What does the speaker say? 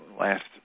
last